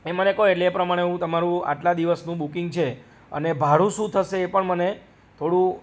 એ મને કહો એટલે એ પ્રમાણે હું તમારું આટલા દિવસનું બુકિંગ છે અને ભાડું શું થશે એ પણ મને થોડું